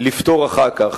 לפתור אחר כך.